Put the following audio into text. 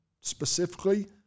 specifically